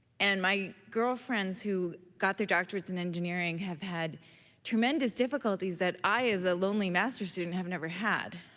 and my girlfriends who got their doctors in engineering have had tremendous difficulties that i, as a lonely master's student, have never had.